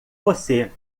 você